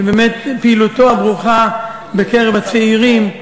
שבאמת פעילותו הברוכה בקרב הצעירים,